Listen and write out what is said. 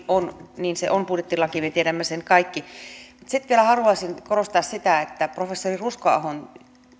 on budjettilaki se on budjettilaki me tiedämme sen kaikki sitten vielä haluaisin korostaa sitä että professori ruskoahon